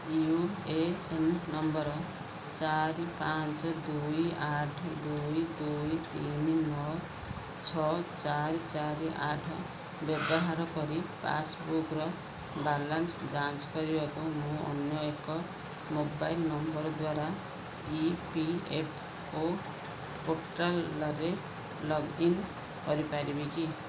you A N number ଚାରି ପାଞ୍ଚ ଦୁଇ ଆଠ ଦୁଇ ଦୁଇ ତିନି ନଅ ଛଅ ଚାରି ଚାରି ଆଠ ବ୍ୟବହାର କରି ପାସ୍ବୁକ୍ର ବାଲାନ୍ସ ଯାଞ୍ଚ କରିବାକୁ ମୁଁ ଅନ୍ୟ ଏକ ମୋବାଇଲ୍ ନମ୍ବର ଦ୍ଵାରା ଇ ପି ଏଫ୍ଓ ପୋର୍ଟାଲ୍ରେ ଲଗ୍ଇନ୍ କରିପାରିବି କି